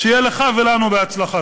שיהיה לך ולנו בהצלחה.